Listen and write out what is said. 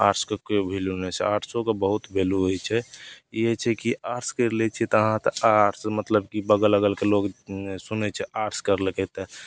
आर्ट्सके कोइ वैल्यू नहि छै आर्टसोके बहुत वैल्यू होइ छै ई होइ छै कि आर्ट्स करि लै छिए अहाँ तऽ आर्ट्स मतलब कि बगल अगलके लोक सुनै छै आर्ट्स करलकै तऽ